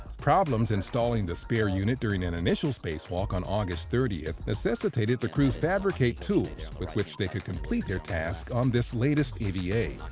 problems installing the spare unit during an initial spacewalk on august thirty necessitated the crew fabricate tools with which they could complete their tasks on this latest eva